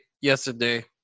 yesterday